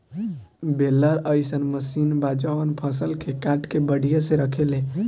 baler अइसन machine बा जवन फसल के काट के बढ़िया से रखेले